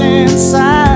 inside